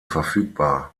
verfügbar